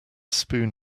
spoon